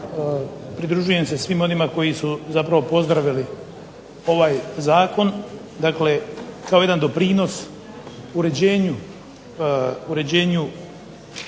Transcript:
pridružujem se svima onima koji su pozdravili ovaj Zakon kao jedan doprinos uređenju